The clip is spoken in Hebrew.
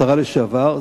השרה לשעבר,